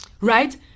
Right